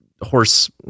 horse